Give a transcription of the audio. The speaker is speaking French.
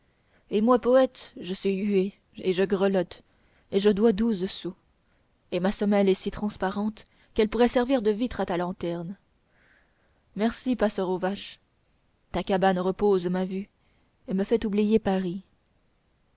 et moi poète je suis hué et je grelotte et je dois douze sous et ma semelle est si transparente qu'elle pourrait servir de vitre à ta lanterne merci passeur aux vaches ta cabane repose ma vue et me fait oublier paris